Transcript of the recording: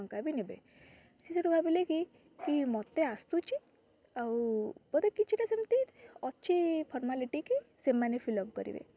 ଟଙ୍କା ବି ନେବେ ସେ ସେଠୁ ଭାବିଲେ କି କି ମୋତେ ଆସୁଛି ଆଉ ବୋଧେ କିଛି ଟା ସେମିତି ଅଛି ଫର୍ମାଲିଟି କି ସେମାନେ ଫିଲ୍ଅପ୍ କରିବେ